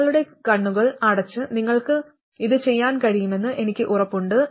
നിങ്ങളുടെ കണ്ണുകൾ അടച്ച് നിങ്ങൾക്ക് ഇത് ചെയ്യാൻ കഴിയുമെന്ന് എനിക്ക് ഉറപ്പുണ്ട്